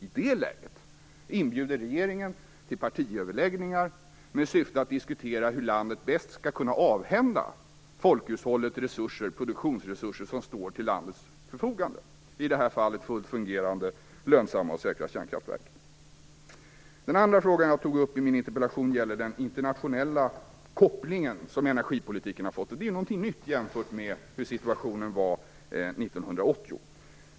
I det läget inbjuder regeringen till partiöverläggningar med syfte att diskutera hur landet bäst skall kunna avhända folkhushållet produktionsresurser som står till landets förfogande - i det här fallet fullt fungerande, lönsamma och säkra kärnkraftverk. Den andra frågan jag tog upp i min interpellation gäller den internationella koppling som energipolitiken har fått. Det är någonting nytt, jämfört med situationen 1980.